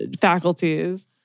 faculties